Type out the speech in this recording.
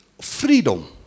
freedom